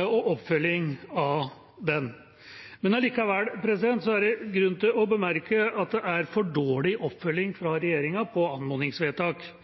og oppfølging av den. Det er likevel grunn til å bemerke at det er for dårlig oppfølging av anmodningsvedtak fra regjeringas side.